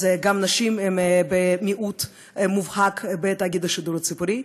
אז גם נשים הן מיעוט מובהק בתאגיד השידור הציבורי,